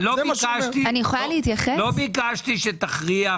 לא ביקשתי שתכריח